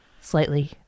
slightly